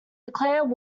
declared